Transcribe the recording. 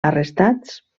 arrestats